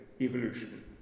evolution